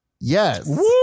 Yes